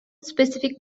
specific